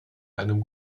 einem